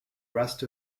rest